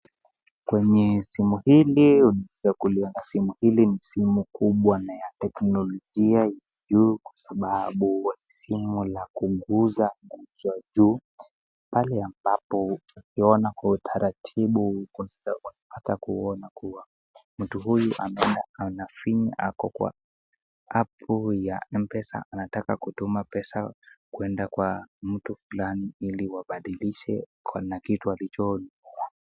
Kwenye simu hili unaweza kuliiona simu hili ni simu kubwa na ya teknolojia ya juu kwa sababu ni simu la kuguza guza juu. Pale ambapo ukiona kwa utaratibu unaweza hata kuona kuwa mtu huyu ameenda anafinya ako kwa app ya M-Pesa anataka kutuma pesa kwenda kwa mtu fulani ili wabadilishe na kitu alichonunua.